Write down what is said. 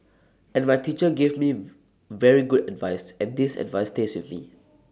and my teacher gave me very good advice and this advice stays with me